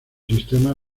sistema